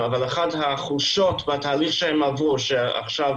אבל אחת החולשות שהם רואים עכשיו בתהליך שהם עברו היא